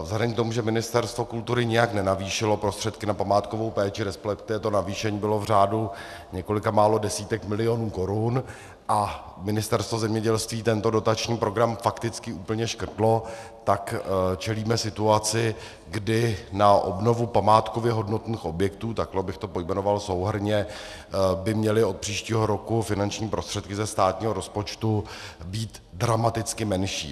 Vzhledem k tomu, že Ministerstvo kultury nijak nenavýšilo prostředky na památkovou péči, respektive to navýšení bylo v řádu několika málo desítek milionů korun, a Ministerstvo zemědělství tento dotační program fakticky úplně škrtlo, tak čelíme situaci, kdy na obnovu památkově hodnotných objektů, takto bych to pojmenoval souhrnně, by měly od příštího roku finanční prostředky ze státního rozpočtu být dramaticky menší.